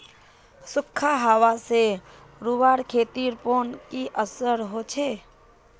सुखखा हाबा से रूआँर खेतीर पोर की असर होचए?